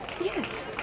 Yes